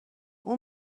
اون